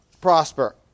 Prosper